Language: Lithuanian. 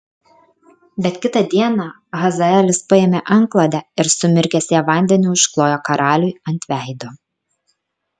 bet kitą dieną hazaelis paėmė antklodę ir sumirkęs ją vandeniu užklojo karaliui ant veido